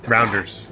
Rounders